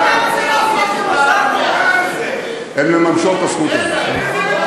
פה אתה מנסה להשתיק אותנו,